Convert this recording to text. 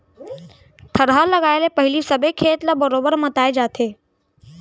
थरहा लगाए ले पहिली सबे खेत ल बरोबर मताए जाथे